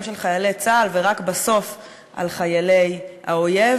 של חיילי צה"ל ורק בסוף על חיילי האויב.